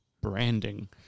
Branding